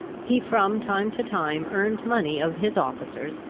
he from time to time earned money of his officers,